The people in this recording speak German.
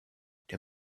der